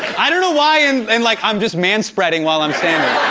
i don't know why and in like i'm just manspreading while i'm standing.